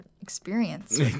experience